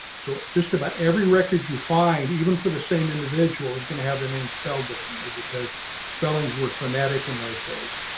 so just about every record you find even for the same individual is going to have the name spelled differently because spellings were fanatic in those days.